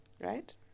Right